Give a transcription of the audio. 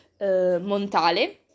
Montale